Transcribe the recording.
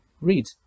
read